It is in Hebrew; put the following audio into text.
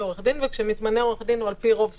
עורך דין וכשמתמנה עורך דין הוא על פי רוב שוכר,